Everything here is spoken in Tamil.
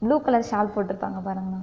ப்ளூ கலர் ஷால் போட்டுருக்காங்க பாருங்க அண்ணா